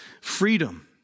freedom